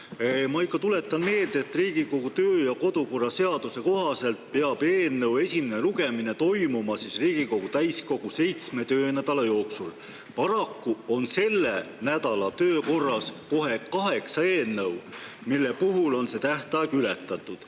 Ma ikka tuletan meelde, et Riigikogu kodu- ja töökorra seaduse kohaselt peab eelnõu esimene lugemine toimuma Riigikogu täiskogu seitsme töönädala jooksul. Paraku on selle nädala päevakorras kohe kaheksa eelnõu, mille puhul on see tähtaeg ületatud.